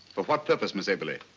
for what purpose, miss eberli?